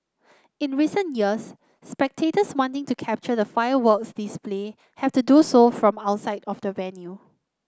in recent years spectators wanting to capture the fireworks display have to do so from outside of the venue